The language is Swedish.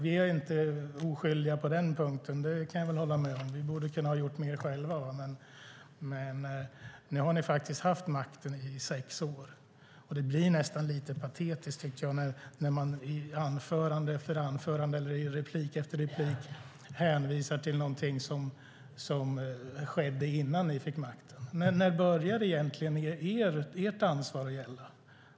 Vi är inte oskyldiga på den punkten. Det kan jag hålla med om. Vi borde ha gjort mer själva. Men nu har ni haft makten i sex år, och det blir nästan lite patetiskt när ni i anförande efter anförande, replik efter replik, hänvisar till något som skedde innan ni fick makten. När börjar egentligen ert ansvar att gälla?